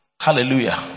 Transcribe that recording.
Hallelujah